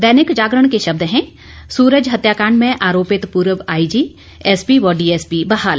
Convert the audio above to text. दैनिक जागरण के शब्द हैं सूरज हत्याकांड में आरोपित पूर्व आईजी एसपी व डीएसपी बहाल